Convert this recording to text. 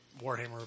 Warhammer